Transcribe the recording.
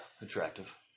attractive